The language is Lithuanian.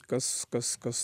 kas kas kas